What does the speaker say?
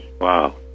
Wow